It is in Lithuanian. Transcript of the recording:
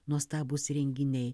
nuostabūs renginiai